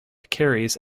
carries